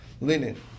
linen